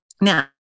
Now